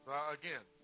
again